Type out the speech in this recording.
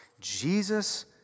Jesus